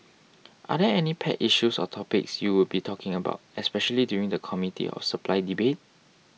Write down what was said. are there any pet issues or topics you would be talking about especially during the Committee of Supply debate